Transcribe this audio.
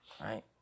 right